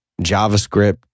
JavaScript